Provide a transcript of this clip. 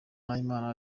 nahimana